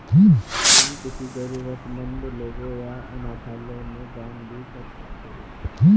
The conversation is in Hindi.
तुम किसी जरूरतमन्द लोगों या अनाथालय में दान भी कर सकते हो